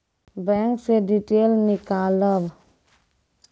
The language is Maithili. बैंक से डीटेल नीकालव?